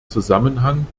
zusammenhang